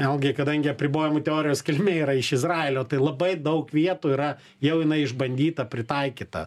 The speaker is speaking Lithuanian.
vėlgi kadangi apribojimų teorijos kilmė yra iš izraelio tai labai daug vietų yra jau jinai išbandyta pritaikyta